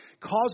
causes